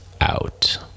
out